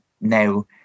now